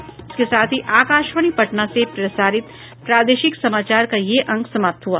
इसके साथ ही आकाशवाणी पटना से प्रसारित प्रादेशिक समाचार का ये अंक समाप्त हुआ